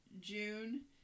June